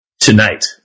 tonight